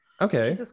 Okay